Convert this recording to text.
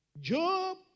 Job